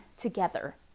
together